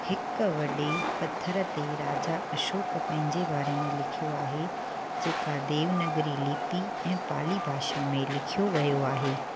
हिकु वॾे पथर ते राजा अशोक पंहिंजे बारे में लिखियो आहे जेका देवनागरी लीपी ऐं पाली भाषा में लिखियो वियो आहे